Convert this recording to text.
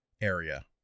area